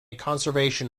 conservation